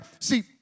See